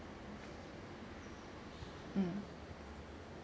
mm